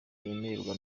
yemererwa